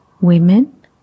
women